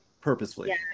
Purposefully